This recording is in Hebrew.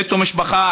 נטו משפחה,